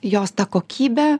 jos ta kokybė